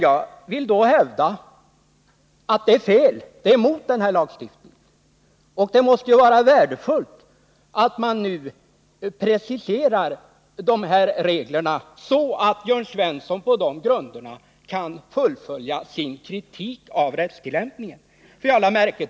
Jag vill hävda att det är fel. Det är emot lagstiftningen. Det måste vara värdefullt att man nu preciserar reglerna så att Jörn Svensson på de grunderna kan fullfölja sin kritik av rättstillämpningen.